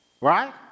right